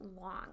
long